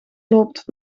loopt